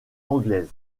anglaise